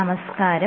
നമസ്കാരം